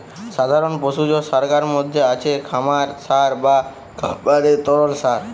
সাধারণ পশুজ সারগার মধ্যে আছে খামার সার বা খামারের তরল সার